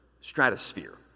stratosphere